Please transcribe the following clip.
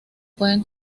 pueden